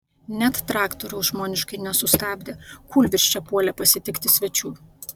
net traktoriaus žmoniškai nesustabdė kūlvirsčia puolė pasitikti svečių